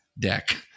deck